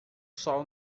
sol